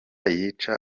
yica